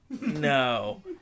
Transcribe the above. No